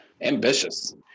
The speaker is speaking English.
ambitious